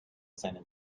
seinen